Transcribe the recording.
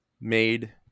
made